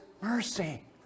mercy